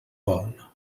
vol